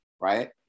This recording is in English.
right